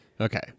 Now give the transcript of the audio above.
Okay